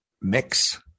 mix